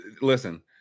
listen